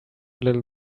little